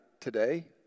today